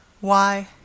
Why